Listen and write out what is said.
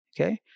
okay